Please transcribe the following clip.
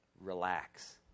Relax